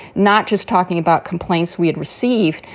not just talking about complaints we'd receive,